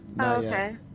Okay